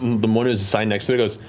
the one who's assigned next to it goes,